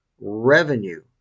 revenue